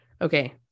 Okay